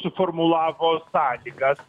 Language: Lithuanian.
suformulavo sąlygas